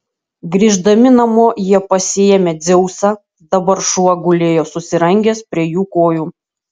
grįždami namo jie pasiėmė dzeusą dabar šuo gulėjo susirangęs prie jų kojų